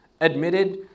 admitted